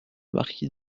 marquis